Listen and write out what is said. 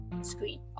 screen